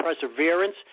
perseverance